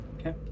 Okay